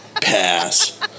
pass